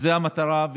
זאת המטרה,